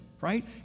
right